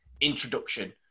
introduction